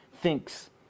thinks